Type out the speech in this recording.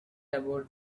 about